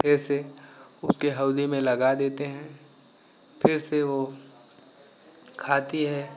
फिर से उसके हौदी में लगा देते हैं फिर से वो खाती है